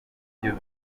ibyo